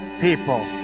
people